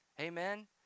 Amen